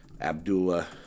Abdullah